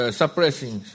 suppressing